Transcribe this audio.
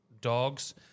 dogs